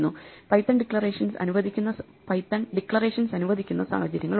Python declarations അനുവദിക്കുന്ന സാഹചര്യങ്ങളുണ്ട്